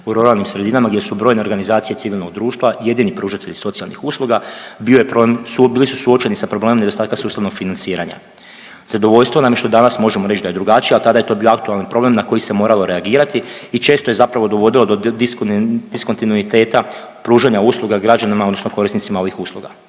u ruralnim sredinama gdje su brojne organizacije civilnog društva jedini pružatelji socijalnih usluga bio je problema bili su suočeni sa problemom nedostatka sustavnog financiranja. Zadovoljstvo nam je što danas možemo reći da je drugačije, ali tada je to bio aktualni problem na koji se moralo reagirati i često je zapravo dovodilo do diskontinuiteta pružanja usluga građanima odnosno korisnicima ovih usluga.